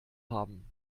haben